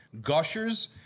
gushers